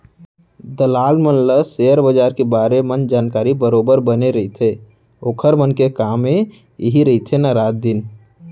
दलाल मन ल सेयर बजार के बारे मन जानकारी बरोबर बने रहिथे ओखर मन के कामे इही रहिथे ना रात दिन